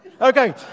Okay